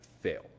fail